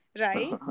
Right